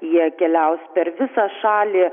jie keliaus per visą šalį